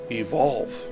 evolve